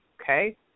okay